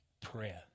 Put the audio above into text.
prayer